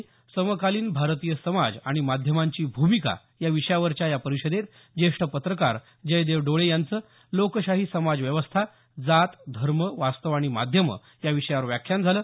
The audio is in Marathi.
समकालीन भारतीय समाज आणि माध्यमांची भूमिका या विषयावरच्या या परिषदेत ज्येष्ठ पत्रकार जयदेव डोळे यांचं लोकशाही समाजव्यवस्था जात धर्म वास्तव आणि माध्यमं या विषयावर व्याख्यान झालं